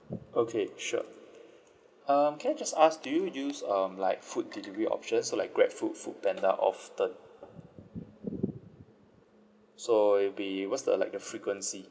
okay sure um can I just ask do you use um like food delivery option so like grabfood foodpanda often so it'll be what's the like the frequency